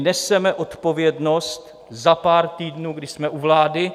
Neseme odpovědnost za pár týdnů, kdy jsme u vlády.